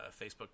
Facebook